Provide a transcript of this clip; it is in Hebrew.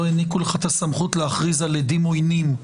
העניקו לך את הסמכות להכריז על עדים עוינים,